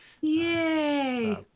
Yay